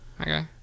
Okay